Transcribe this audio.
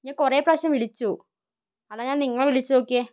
ഞാൻ കുറെ പ്രാവശ്യം വിളിച്ചു അതാ ഞാൻ നിങ്ങളെ വിളിച്ചു നോക്കിയത്